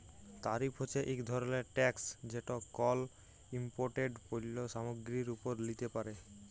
তারিফ হছে ইক ধরলের ট্যাকস যেট কল ইমপোর্টেড পল্য সামগ্গিরির উপর লিতে পারে